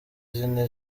zine